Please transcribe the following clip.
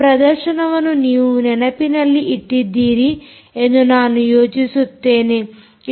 ಈ ಪ್ರದರ್ಶನವನ್ನು ನೀವು ನೆನಪಿನಲ್ಲಿ ಇಟ್ಟಿದ್ದೀರಿ ಎಂದು ನಾನು ಯೋಚಿಸುತ್ತೇನೆ